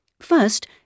First